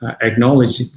acknowledge